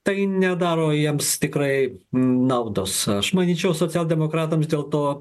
tai nedaro jiems tikrai naudos aš manyčiau socialdemokratams dėl to